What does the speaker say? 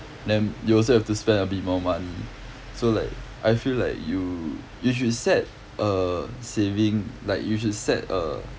then you also have to spend a bit more money so like I feel like you you should set a saving like you should set a